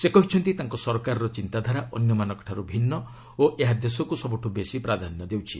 ସେ କହିଛନ୍ତି ତାଙ୍କ ସରକାରର ଚିନ୍ତାଧାରା ଅନ୍ୟମାନଙ୍କଠାରୁ ଭିନ୍ନ ଓ ଏହା ଦେଶକୁ ସବୁଠୁ ବେଶି ପ୍ରାଧାନ୍ୟ ଦେଉଛି